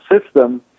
system